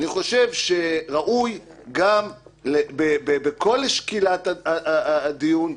אני חושב שראוי גם בכל שקילת הדיון,